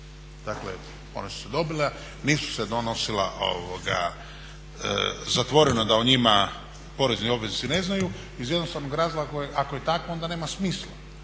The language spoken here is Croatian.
Dakle, ona su se dobila, nisu se donosila zatvoreno da o njima porezni obveznici ne znaju iz jednostavnog razloga ako je tako ona nema smisla,